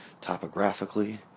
topographically